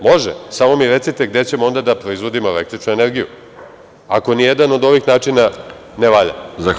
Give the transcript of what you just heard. Može, samo mi recite gde ćemo onda da proizvodimo električnu energiju ako ni jedan od ovih načina ne valja.